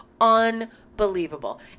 unbelievable